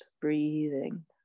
Breathing